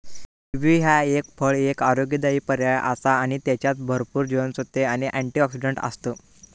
kiwi ह्या फळ एक आरोग्यदायी पर्याय आसा आणि त्येच्यात भरपूर जीवनसत्त्वे आणि अँटिऑक्सिडंट आसत